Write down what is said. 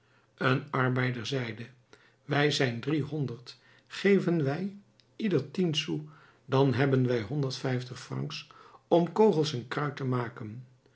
een arbeider zeide wij zijn driehonderd geven wij ieder tien sous dan hebben wij honderdvijftig francs om kogels en kruit te maken